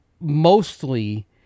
Mostly